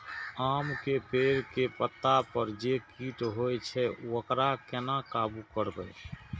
आम के पेड़ के पत्ता पर जे कीट होय छे वकरा केना काबू करबे?